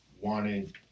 wanted